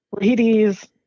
ladies